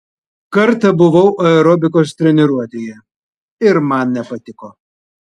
kartą buvau aerobikos treniruotėje ir man nepatiko